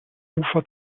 ufer